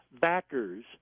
backers